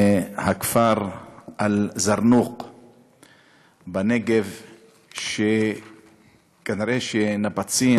מהכפר אל-זרנוג בנגב, כנראה מנפצים